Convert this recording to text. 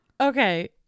Okay